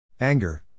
Anger